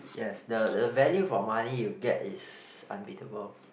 yes the the value for money you get is unbeatable